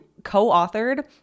co-authored